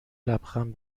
لبخند